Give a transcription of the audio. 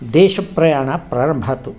ದೇಶ ಪ್ರಯಾಣ ಪ್ರಾರಂಭ ಆಯ್ತು